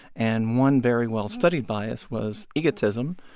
and one very well-studied bias was egotism,